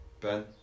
Ben